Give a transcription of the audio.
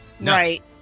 Right